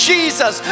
Jesus